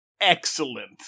excellent